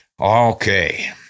Okay